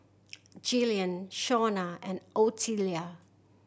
Gillian Shawna and Ottilia